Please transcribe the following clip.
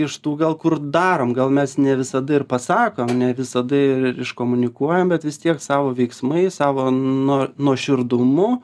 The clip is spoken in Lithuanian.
iš tų gal kur darom gal mes ne visada ir pasakom ne visada ir iškomunikuojam bet vis tiek savo veiksmais savo nuo nuoširdumu